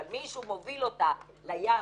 אבל מישהו מוביל אותה לים,